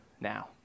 now